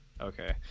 okay